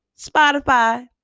Spotify